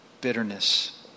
bitterness